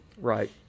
right